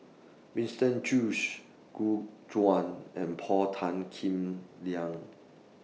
Winston Choos Gu Juan and Paul Tan Kim Liang